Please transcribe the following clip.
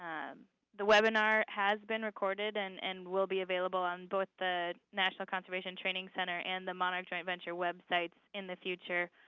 um the webinar has been recorded and and will be available on both the national conservation training center and the monarch joint venture websites in the future.